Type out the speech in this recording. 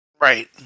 Right